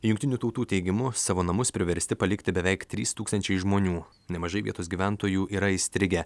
jungtinių tautų teigimu savo namus priversti palikti beveik trys tūkstančiai žmonių nemažai vietos gyventojų yra įstrigę